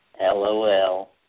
LOL